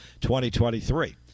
2023